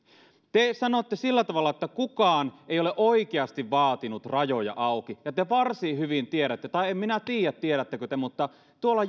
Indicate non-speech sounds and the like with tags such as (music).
te sanotte sillä tavalla että kukaan ei ole oikeasti vaatinut rajoja auki ja te varsin hyvin tiedätte tai en minä tiedä tiedättekö te että tuolla (unintelligible)